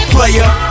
Player